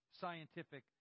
scientific